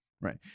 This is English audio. Right